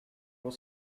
was